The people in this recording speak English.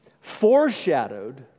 foreshadowed